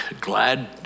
glad